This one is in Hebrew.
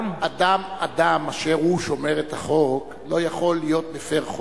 אדם ששומר את החוק לא יכול להיות מפר חוק,